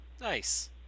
Nice